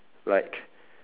like